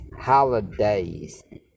holidays